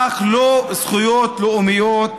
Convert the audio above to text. אך לא זכויות לאומיות,